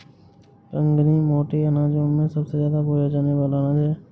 कंगनी मोटे अनाजों में सबसे ज्यादा बोया जाने वाला अनाज है